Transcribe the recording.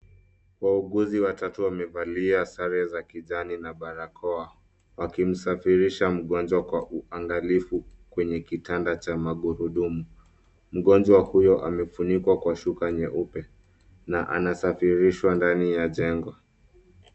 Wauguzi watatu wamevalia sare za kijani na barakoa, wakimsafirisha mgonjwa kwa uangalifu kwenye kitanda cha magurudumu. Mgonjwa huyo amefunikwa kwa shuka nyeupe na anasafirishwa ndani ya jengo.